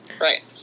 Right